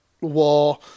war